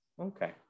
Okay